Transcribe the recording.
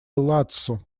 ладсу